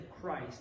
Christ